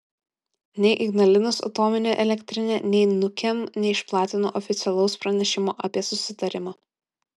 nei ignalinos atominė elektrinė nei nukem neišplatino oficialaus pranešimo apie susitarimą